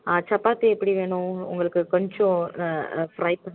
ஆ சப்பாத்தி எப்படி வேணும் உங்களுக்கு கொஞ்சம் ஆ ஆ ஃப்ரை பண்ணி